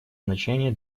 значение